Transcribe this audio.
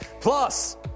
Plus